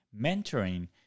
Mentoring